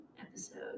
episode